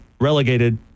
relegated